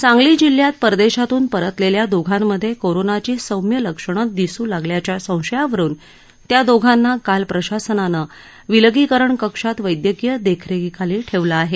सांगली जिल्ह्यात परदेशातून परतलेल्या दोघांमध्ये कोरोनाची सौम्य लक्षणं दिसू लागल्याच्या संशयावरून त्या दोघांना काल प्रशासनानं विलगीकरण कक्षात वव्वयकीय देखरेखीखाली ठेवलं आहे